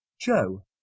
Joe